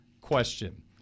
question